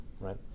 right